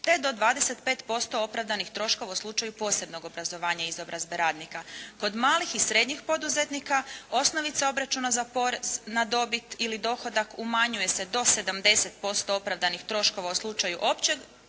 te do 25% opravdanih troškova u slučaju posebnog obrazovanja i izobrazbe radnika. Kod malih i srednjih poduzetnika osnovica obračuna za porez na dobit ili dohodak umanjuje se do 70% opravdanih troškova u slučaju općeg